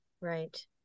Right